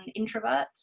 introverts